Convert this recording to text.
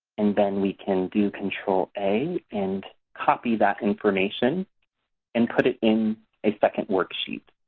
and then we can do control a and copy that information and put it in a second worksheet.